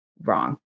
wrong